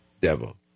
devil